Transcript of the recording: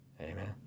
Amen